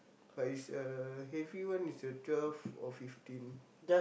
but it's a heavy one is a twelve or fifteen